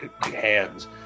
hands